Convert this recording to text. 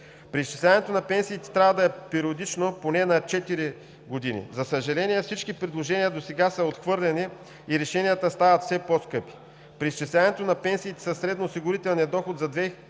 Преизчисляването на пенсиите трябва да е периодично, поне на четири години. За съжаление, всички предложения досега са отхвърлени и решенията стават все по-скъпи. Преизчисляването на пенсиите със средноосигурителния доход за 2015 г.